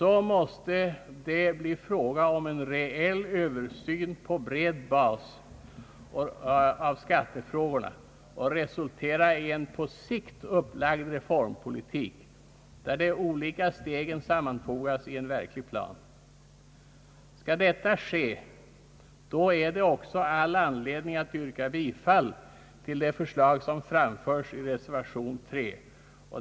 I så fall måste en reell översyn på bred bas verkställas av skattefrågorna och resultera i en på sikt upplagd reformpolitik, där de olika stegen fogas in i en verklig plan. Om så kommer att ske, finns det också all anledning att yrka bifall till de förslag som framförs i reservation 3.